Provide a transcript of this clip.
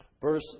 Verse